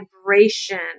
vibration